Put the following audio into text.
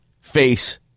face